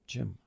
Jim